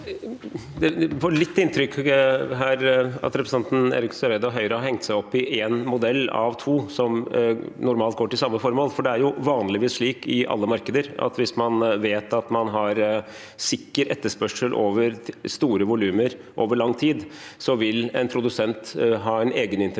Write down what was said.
får litt inntrykk her av at representanten Eriksen Søreide og Høyre har hengt seg opp i én modell av to som normalt går til samme formål. Det er vanligvis slik i alle markeder at hvis man vet at man har sikker etterspørsel etter store volumer over lang tid, vil en produsent ha en egeninteresse